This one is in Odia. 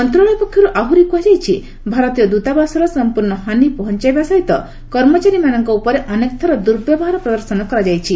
ମନ୍ତ୍ରଶାଳୟ ପକ୍ଷରୁ ଆହୁରି କୁହାଯାଇଛି ଭାରତୀୟ ଦୂତାବାସର ସମ୍ପର୍ଷ୍ଣ ହାନି ପହଞ୍ଚାଇବା ସହିତ କର୍ମଚାରୀମାନଙ୍କ ଉପରେ ଅନେକ ଥର ଦୂର୍ବ୍ୟବହାର ପ୍ରଦର୍ଶନ କରାଯାଇଛି